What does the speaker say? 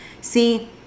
See